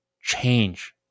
change